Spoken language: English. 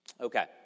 Okay